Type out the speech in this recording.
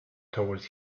toward